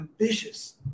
ambitious